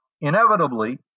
inevitably